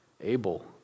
able